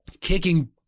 Kicking